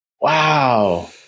Wow